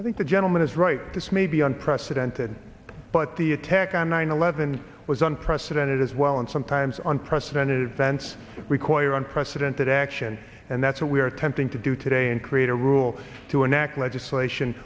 i think the gentleman is right this may be unprecedented but the attack on nine eleven was unprecedented as well and sometimes on president events require on precedent that action and that's what we are attempting to do today and create a rule to enact legislation